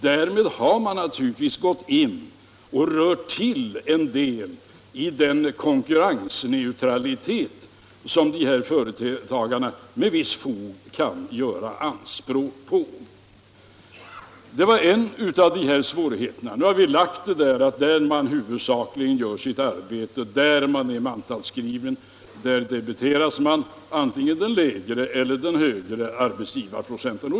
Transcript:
Därmed har man naturligtvis rört till en del i den konkurrensneutralitet som företagare med visst fog kan kräva. Det var en av svårigheterna. Nu har vi lagt fram ett förslag som innebär att man beroende på var man huvudsakligen utfört sitt arbete och var man är mantalsskriven debiteras antingen den lägre eller den högre arbetsgivaravgiften.